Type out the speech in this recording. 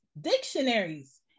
dictionaries